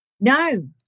No